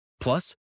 Plus